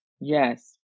Yes